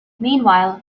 meanwhile